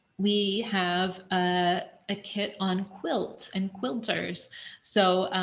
we have a ah kit on quilt and quilters so